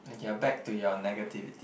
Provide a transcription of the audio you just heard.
you're back to your negativity